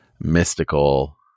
mystical